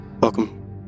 welcome